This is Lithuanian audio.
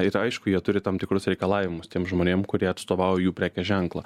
ir aišku jie turi tam tikrus reikalavimus tiem žmonėm kurie atstovauja jų prekės ženklą